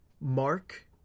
Mark